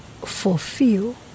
fulfill